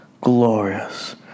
glorious